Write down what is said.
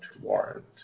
warrant